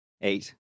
Eight